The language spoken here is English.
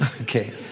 Okay